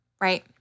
right